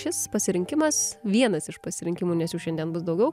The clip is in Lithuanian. šis pasirinkimas vienas iš pasirinkimų nes jų šiandien bus daugiau